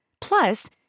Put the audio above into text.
Plus